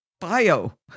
bio